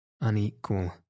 unequal